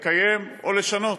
לקיים או לשנות,